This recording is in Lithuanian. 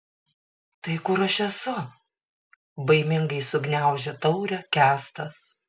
tai kur aš esu baimingai sugniaužė taurę kęstas